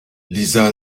lisa